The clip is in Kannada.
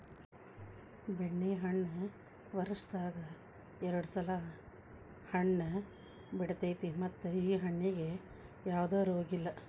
ಬೆಣ್ಣೆಹಣ್ಣ ವರ್ಷದಾಗ ಎರ್ಡ್ ಸಲಾ ಹಣ್ಣ ಬಿಡತೈತಿ ಮತ್ತ ಈ ಹಣ್ಣಿಗೆ ಯಾವ್ದ ರೋಗಿಲ್ಲ